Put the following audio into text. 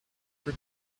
for